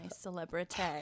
celebrity